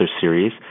series